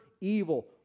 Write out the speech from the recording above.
evil